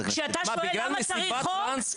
בגלל מסיבת טראנס,